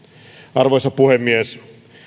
arvoisa puhemies